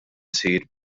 isir